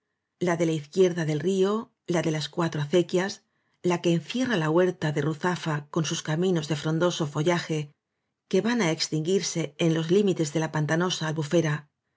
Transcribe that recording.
la de la izquierda del río la de las cuatro acequias la que encierra la huerta de ruzafa con sus caminos de frondoso follaje que van á extinguirse en los límites de la pantanosa al